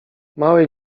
małej